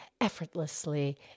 effortlessly